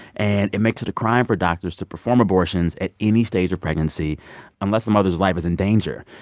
and it makes it a crime for doctors to perform abortions at any stage of pregnancy unless the mother's life is in danger.